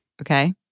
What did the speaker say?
Okay